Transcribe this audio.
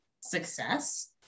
success